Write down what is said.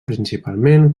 principalment